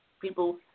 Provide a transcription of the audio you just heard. People